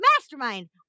mastermind